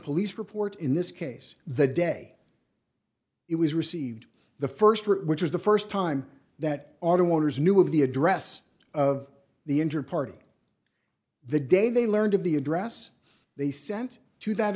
police report in this case the day it was received the st which was the st time that auto owners knew of the address of the injured party the day they learned of the address they sent to that